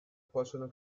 possono